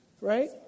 Right